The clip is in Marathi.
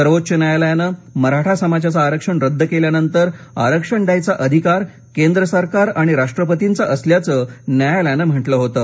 सर्वोच्च न्यायालयानं मराठा समाजाचं आरक्षण रद्द केल्यानंतर आरक्षण द्यायचा अधिकार केंद्र सरकार आणि राष्ट्रपतींचा असल्याचं न्यायालयानं म्हटलं होतं